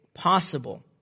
possible